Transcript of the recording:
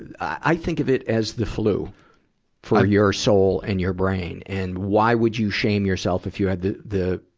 i think of it as the flu for your soul and your brain. and why would you shame yourself if you had the, the,